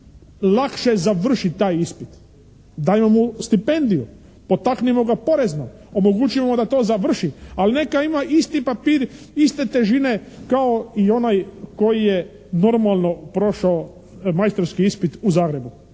lakše završi taj ispit. Dajmo mu stipendiju, potaknimo ga porezno, omogućimo mu da to završi, ali neka ima isti papir iste težine kao i onaj koji je normalno prošao majstorski ispit u Zagrebu.